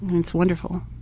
it's wonderful.